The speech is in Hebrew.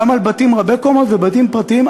גם על בתים רבי-קומות ובתים פרטיים,